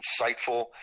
insightful